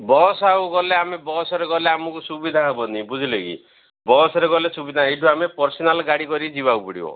bus ଆଉ ଗଲେ ଆମେ ବସରେ ଗଲେ ଆମକୁ ସୁବିଧା ହେବନି ବୁଝିଲେ କି ବସରେ ଗଲେ ସୁବିଧା ଏଇଠୁ ଆମେ ପର୍ସନାଲ ଗାଡ଼ି କରିକି ଯିବାକୁ ପଡ଼ିବ